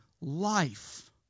life